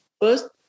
First